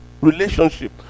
relationship